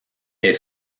est